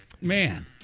Man